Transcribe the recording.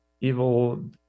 evil